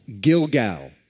Gilgal